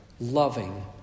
loving